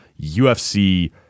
UFC